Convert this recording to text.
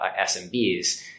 SMBs